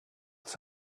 that